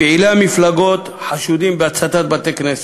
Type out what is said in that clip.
ופעילי המפלגות חשודים בהצתת בתי-כנסת.